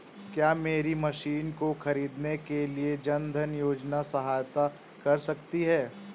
क्या मेरी मशीन को ख़रीदने के लिए जन धन योजना सहायता कर सकती है?